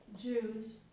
Jews